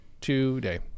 today